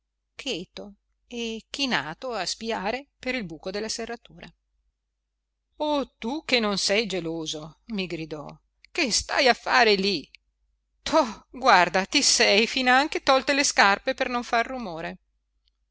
cheto e chinato a spiare per il buco della serratura o tu che non sei geloso mi gridò che stai a far lì to guarda ti sei finanche tolte le scarpe per non far rumore